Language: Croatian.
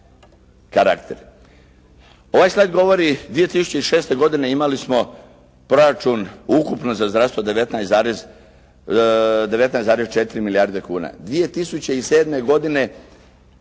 karakter. Ovaj «slajd» govori 2006. godine imali smo proračun ukupno za zdravstvo 19,4 milijarde kuna. 2007. godine